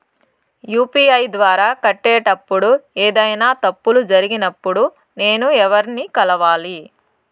UPI ద్వారా కట్టేటప్పుడు ఏదైనా తప్పులు జరిగినప్పుడు నేను ఎవర్ని కలవాలి?